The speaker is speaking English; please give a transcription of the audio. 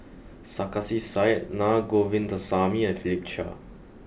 Sarkasi Said Naa Govindasamy and Philip Chia